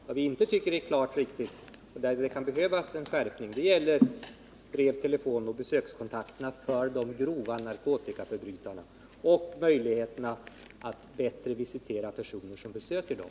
Det vi inte anser är riktigt klart och där det kan behövas en skärpning gäller brev-, telefonoch besökskontakterna för de grova narkotikaförbrytarna och möjligheten att bättre visitera personer som besöker dem.